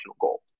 goal